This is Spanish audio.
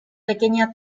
pequeña